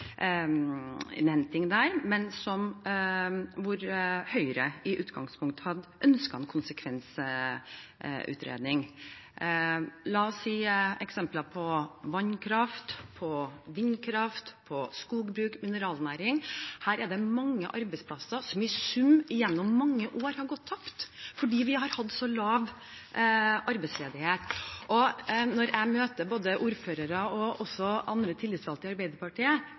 der, ønsket Høyre i utgangspunktet en konsekvensutredning. La meg nevne eksempler som vannkraft, vindkraft, skogbruk og mineralnæringer – her er det mange arbeidsplasser som i sum, gjennom mange år, har gått tapt fordi vi har hatt så lav arbeidsledighet. Når jeg møter ordførere og andre tillitsvalgte i Arbeiderpartiet